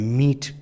meet